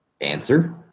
Answer